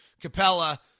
Capella